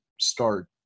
start